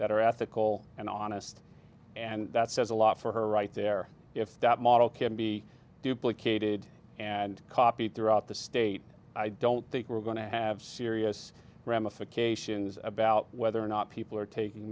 that are ethical and honest and that says a lot for her right there if that model can be duplicated and copied throughout the state i don't think we're going to have serious ramifications about whether or not people are taking